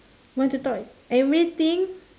want to talk everything